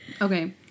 Okay